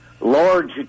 Large